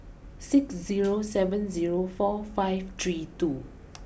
six zero seven zero four five three two